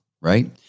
right